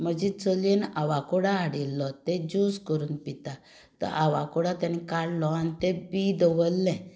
म्हजे चलयेन आवाकाडो हाडिल्लो तें ज्यूस करून पिता तो आवाकाडो तांणे काडलो आनी तें बीं दवरलें